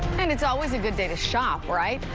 and it's always a good day to shop, right?